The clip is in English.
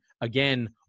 Again